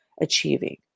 achieving